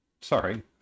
sorry